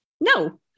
No